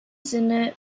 sinne